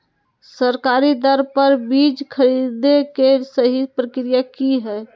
सरकारी दर पर बीज खरीदें के सही प्रक्रिया की हय?